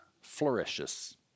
flourishes